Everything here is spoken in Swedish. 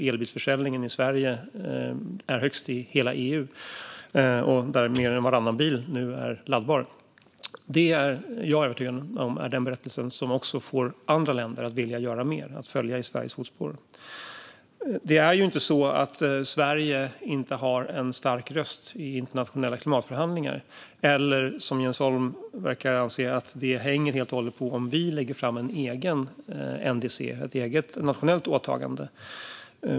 Elbilsförsäljningen i Sverige är högst i hela EU. Men än varannan bil är nu laddbar. Detta - det är jag övertygad om - är den berättelse som också får andra länder att vilja göra mer och följa i Sveriges fotspår. Det är inte så att Sverige inte har en stark röst i internationella klimatförhandlingar eller, som Jens Holm verkar anse, att det helt och hållet hänger på om vi lägger fram ett eget NDC, ett eget nationellt åtagande.